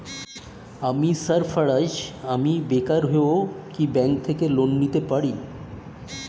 আমি সার্ফারাজ, আমি বেকার হয়েও কি ব্যঙ্ক থেকে লোন নিতে পারি?